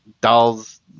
dolls